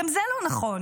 גם זה לא נכון,